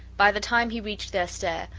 by the time he reached their stair,